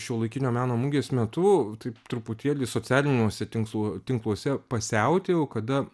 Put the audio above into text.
šiuolaikinio meno mugės metu taip truputėlį socialiniuose tinkluo tinkluose pasiautėjau kada